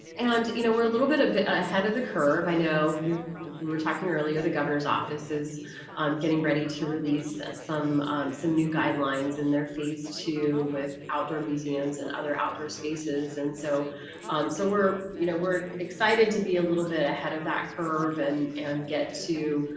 and you know we're a little bit a bit ahead of the curve. i know we we were talking earlier, the governor's office is um getting ready to release some some new guidelines in their phase two with outdoor museums and other outdoor spaces. and so um so we're you know excited to be a little bit ahead of that curve and and get to